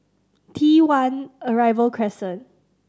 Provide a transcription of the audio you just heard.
T One Arrival Crescent